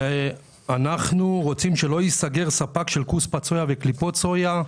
אנחנו רוצים שלא ייסגר ספק של כוספת סויה וקליפות סויה.